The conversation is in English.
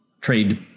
trade